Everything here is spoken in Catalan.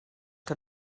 que